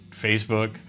Facebook